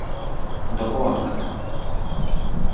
ᱫᱚᱦᱚ ᱟᱠᱟᱫᱟ